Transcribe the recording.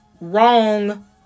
wrong